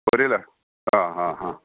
ജോലിയിലാണ് ആ